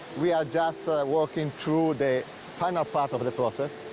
we are just working through the final part of the process.